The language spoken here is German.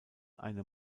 eine